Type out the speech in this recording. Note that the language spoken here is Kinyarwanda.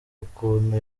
ukuntu